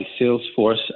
Salesforce